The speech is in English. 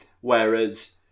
Whereas